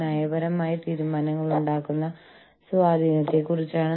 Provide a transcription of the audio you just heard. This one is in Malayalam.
ജപ്പാനിൽ കൊറിയയിൽ ചൈനയിൽ യുഎസിൽ സാങ്കേതികവിദ്യ വരുന്നു